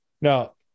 Now